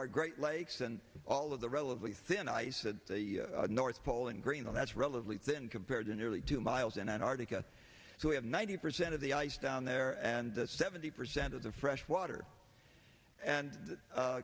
our great lakes and all of the relatively thin ice to the north pole in green and that's relatively thin compared to nearly two miles in antarctica who have ninety percent of the ice down there and seventy percent of the freshwater and